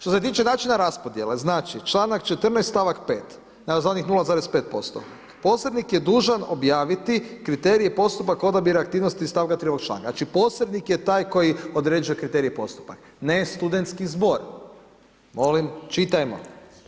Što se tiče načina raspodjele, znači članak 14., stavak 5., evo za onih 0,5%, posrednik je dužan objaviti kriterije i postupak odabira aktivnosti iz stavka 3. ovog članka, znači posrednik je taj koji određuje kriterije i postupak, ne studentski zbor, molim čitajmo.